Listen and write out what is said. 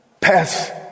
pass